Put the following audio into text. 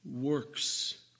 works